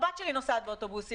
הבת שלי נוסעת באוטובוסים,